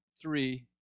three